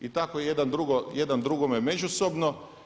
I tako jedan drugome međusobno.